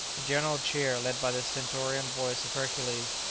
a general cheer, led by the stentorian voice of hercules,